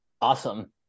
Awesome